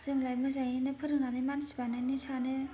जोंलाय मोजाङैनो फोरोंनानै मानसि बानायनो सानो